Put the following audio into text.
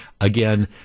again